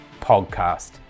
podcast